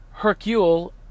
Hercule